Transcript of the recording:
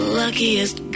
luckiest